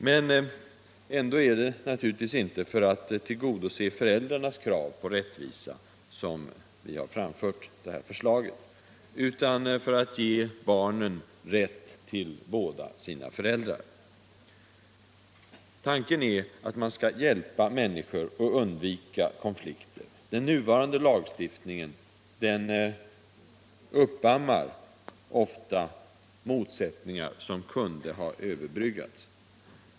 Men ändå är det naturligtvis inte för att tillgodose föräldrarnas krav på rättvisa som vi har framfört detta förslag, utan för att ge barnen rätt till båda sina föräldrar. Tanken är att vi bör hjälpa människor att undvika konflikter. Den nuvarande lagstiftningen uppammar ofta motsättningar som kunde ha överbryggats.